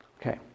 okay